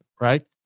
right